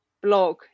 blog